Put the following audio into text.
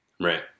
Right